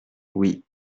oui